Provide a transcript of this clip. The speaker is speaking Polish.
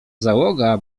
załoga